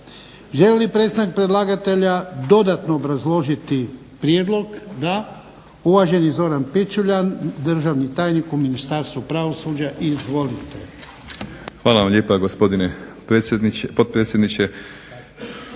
li predstavnik predlagatelja dodatno obrazložiti prijedlog? Da. Uvaženi Zoran Pičuljan, državni tajnik u Ministarstvu pravosuđa. Izvolite.